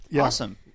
awesome